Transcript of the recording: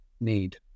need